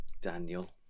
Daniel